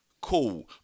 Cool